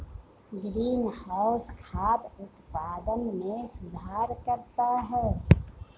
greenhouse खाद्य उत्पादन में सुधार करता है